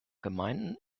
gemeinden